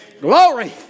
Glory